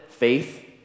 Faith